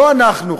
לא אנחנו,